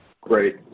Great